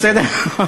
בסדר.